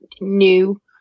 new